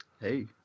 Hey